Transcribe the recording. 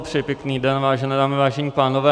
Přeji pěkný den, vážené dámy, vážení pánové.